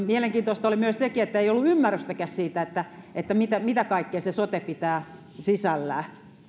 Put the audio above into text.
mielenkiintoista oli sekin että ei ollut ymmärrystäkään siitä mitä kaikkea se sote pitää sisällään